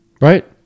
right